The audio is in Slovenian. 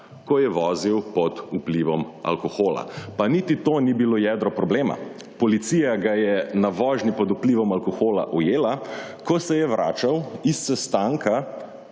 ko je vozil pod vplivom alkohola. Pa niti to ni bilo jedro problema. Policija ga je na vožnji pod vplivom alkohola ujela, ko se je vračal iz sestanka